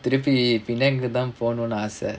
திருப்பி:thiruppi penang தான் போனுனு ஆச:thaan ponunu aasa